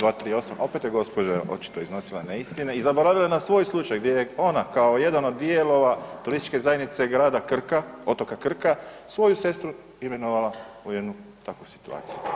238. opet je gospođa očito iznosila neistine i zaboravila na svoj slučaj gdje je ona kao jedan od dijelova Turističke zajednice grada Krka, otoka Krka svoju sestru imenovala u jednu takvu situaciju.